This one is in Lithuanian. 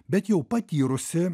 bet jau patyrusi